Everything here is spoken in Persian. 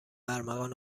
ارمغان